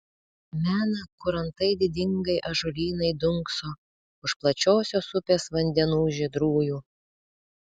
mena kur antai didingai ąžuolynai dunkso už plačiosios upės vandenų žydrųjų